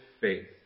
faith